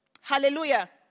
Hallelujah